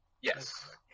Yes